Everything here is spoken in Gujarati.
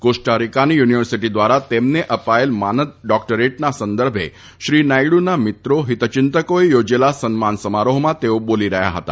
કોસ્ટારિકાંની યુનિવર્સિટી દ્વારા તેમને અપાયેલ માનદ ડોક્ટરેટના સંદર્ભે શ્રી નાયડુના મિત્રો હિત ચિંતકોએ યોજેલા સન્માન સમારોફમાં તેઓ બોલી રહ્યા ફતા